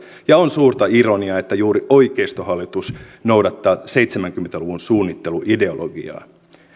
ja on suurta ironiaa että juuri oikeistohallitus noudattaa seitsemänkymmentä luvun suunnitteluideologiaa